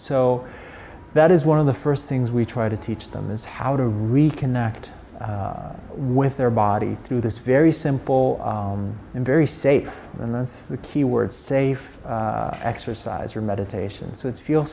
so that is one of the first things we try to teach them is how to reconnect with their body through this very simple and very safe and that's the key word safe exercise or meditation so it's feel